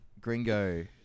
Gringo